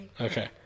Okay